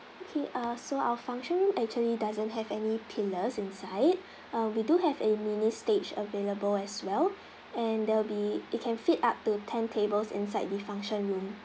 okay so uh our functioning actually doesn't have any pillars inside uh we do have a mini stage available as well and there'll be it can fit up to ten tables inside the function room